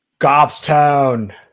Gothstown